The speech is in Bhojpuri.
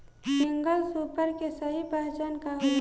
सिंगल सूपर के सही पहचान का होला?